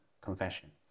confession